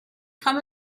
come